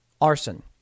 arson